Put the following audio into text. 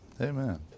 Amen